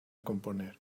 componer